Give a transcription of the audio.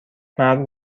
مرد